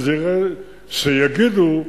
יגידו: